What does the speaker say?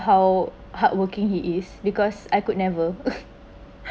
how hardworking he is because I could never